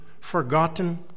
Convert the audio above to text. forgotten